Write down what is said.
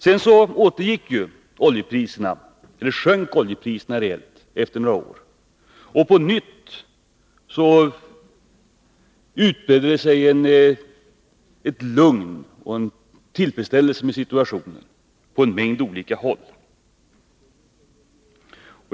Sedan sjönk oljepriserna reellt efter några år, och på nytt utbredde det sig ett lugn och en tillfredsställelse med situationen på en mängd olika håll.